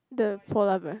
the polar bear